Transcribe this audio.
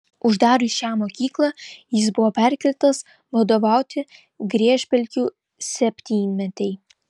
uždarius šią mokyklą jis buvo perkeltas vadovauti griežpelkių septynmetei